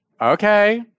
Okay